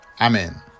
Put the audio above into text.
Amen